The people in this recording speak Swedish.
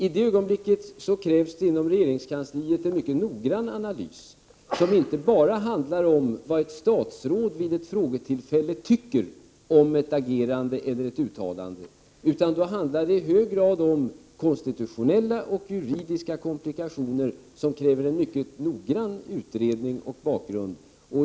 I det ögonblicket krävs det inom regeringskansliet en mycket noggrann analys, som inte bara handlar om vad ett statsråd vid ett frågetillfälle tycker om ett agerande eller ett uttalande. Då kommer det i hög grad att handla om konstitutionella och juridiska komplikationer, som kräver en mycket noggrann utredning.